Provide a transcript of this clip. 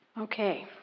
Okay